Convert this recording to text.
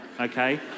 Okay